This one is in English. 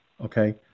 okay